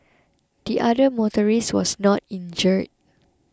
the other motorist was not injured